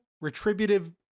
retributive